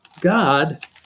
God